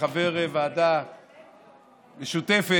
כחבר ועדה משותפת,